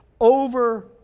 Over